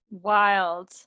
Wild